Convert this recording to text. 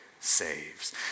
saves